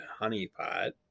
Honeypot